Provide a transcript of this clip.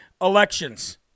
elections